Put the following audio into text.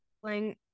playing